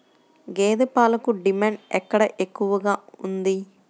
గేదె పాలకు డిమాండ్ ఎక్కడ ఎక్కువగా ఉంది?